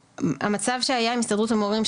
המצב שהיה עם הסתדרות המורים,